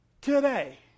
today